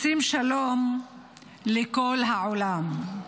רוצים שלום לכל העולם".